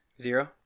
zero